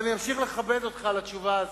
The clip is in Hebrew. אבל אני אמשיך לכבד אותך על התשובה הזאת.